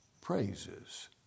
praises